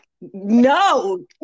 no